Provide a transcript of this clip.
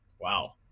Wow